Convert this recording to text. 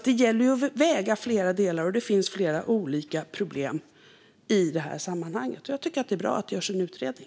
Det gäller att väga flera delar mot varandra, och det finns flera olika problem i det här sammanhanget. Jag tycker att det är bra att det görs en utredning.